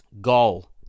goal